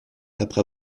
après